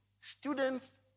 students